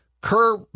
Kerr